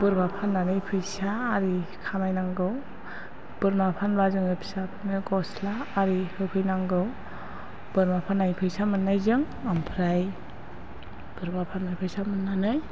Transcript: बोरमा फाननानै फैसा आरि खामायनांगौ बोरमा फानब्ला जोङो फिसाफोरनो गस्ला आरि होफैनांगौ बोरमा फाननाय फैसा मोननायजों आमफ्राय बोरमा फाननाय फैसा मोननानै